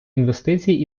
інвестицій